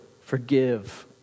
forgive